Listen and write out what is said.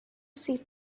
see